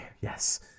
yes